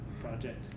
project